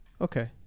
Okay